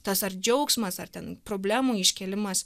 tas ar džiaugsmas ar ten problemų iškėlimas